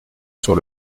sur